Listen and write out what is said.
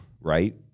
right